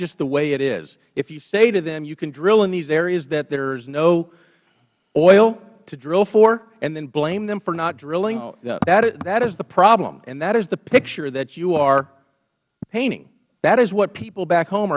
just the way it is if you say to them you can drill in these areas that there is no oil to drill for and then blame them for not drilling that is the problem and that is the picture that you are painting that is what people back home